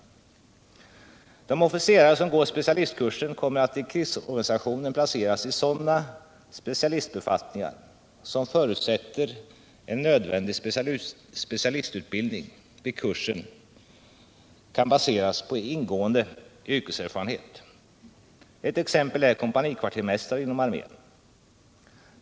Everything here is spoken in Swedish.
De officerare som går specialistkursen kommer att i krigsorganisationen placeras i sådana specialistbefattningar som förutsätter att nödvändig specialistutbildning vid kursen kan baseras på ingående yrkeserfarenhet. Ett exempel är kompanikvartersmästare inom armén.